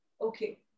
okay